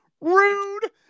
Rude